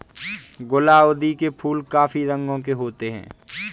गुलाउदी के फूल काफी रंगों के होते हैं